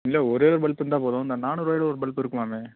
இல்லை ஒரே ஒரு பல்ப்பு இருந்தால் போதும் இந்த நானூறுரூவாய்ல ஒரு பல்ப்பு இருக்குமாமே